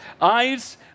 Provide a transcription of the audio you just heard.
Eyes